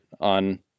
on